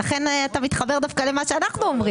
ואתה מתחבר דווקא למה שאנחנו אומרים.